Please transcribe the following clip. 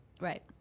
Right